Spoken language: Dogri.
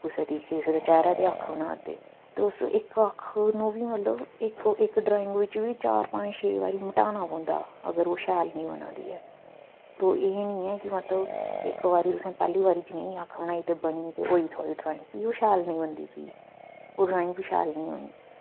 कुसे दी किसे दी चेह्रे दी अक्ख बना दे तुस इक अक्ख ओह् वी मतलव इक इक ड्राइंग विच बी चार पंज छे बारी मिटाना पौंदा अगर ओह् शैल निं बना दी ऐ ते एह् निं ऐ की मतलब इक वारि तुसें पैह्ली बारी अक्ख बनाई ते ओह् बनी ते होई थोआड़ी ड्राइंग ते फ्ही ओह् शैल निं बनदी चीज ओह् ड्राइंग बी शैल निं होनी